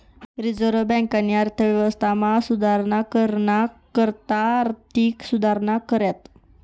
reserve बँकेनी अर्थव्यवस्थामा सुधारणा कराना करता आर्थिक सुधारणा कऱ्यात